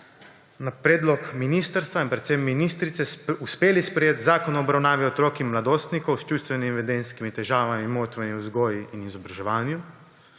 na predlog ministrstva in predvsem ministrice uspeli sprejeti Zakon o obravnavi otrok in mladostnikov s čustvenimi in vedenjskimi težavami in motnjami v vzgoji in izobraževanju.